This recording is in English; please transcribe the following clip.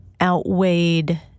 outweighed